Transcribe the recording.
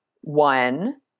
one